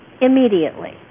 immediately